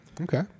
Okay